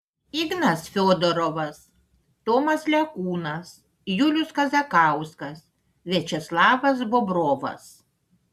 ignas fiodorovas tomas lekūnas julius kazakauskas viačeslavas bobrovas